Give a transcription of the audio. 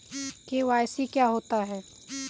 KYC क्या होता है?